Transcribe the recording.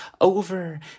over